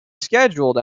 scheduled